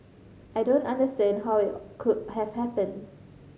I don't understand how it could have happened